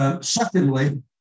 Secondly